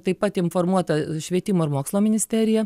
taip pat informuota švietimo ir mokslo ministerija